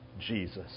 Jesus